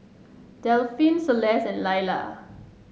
Delphin Celeste and Lilla